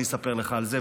אני אספר לך על זה,